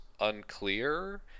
unclear